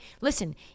Listen